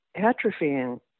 atrophying